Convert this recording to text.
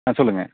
ஆ சொல்லுங்கள்